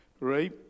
right